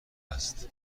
است